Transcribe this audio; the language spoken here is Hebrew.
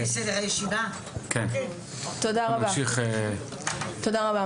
תודה רבה,